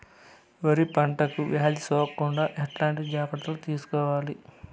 వరి పంటకు వ్యాధి సోకకుండా ఎట్లాంటి జాగ్రత్తలు తీసుకోవాలి?